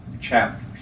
chapters